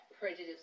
prejudice